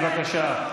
בבקשה.